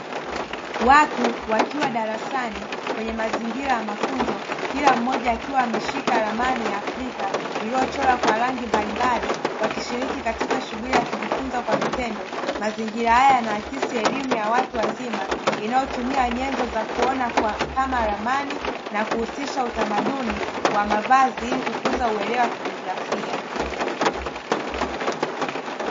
Watu wakiwa darasani kwenye mazingira ya mafunzo kila mmoja akiwa ameshika ramani ya afrika iliyochorwa kwa rangi mbalimbali wakishiriki katika shughuli ya kujifunza kwa vitendo, mazingira haya yanaakisi elimu ya watu wazima, inayotumia nyenzo za kuona kama ramani na kuhusisha utamaduni wa mavazi ili kukuza uelewa wa kijiografia.